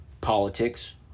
politics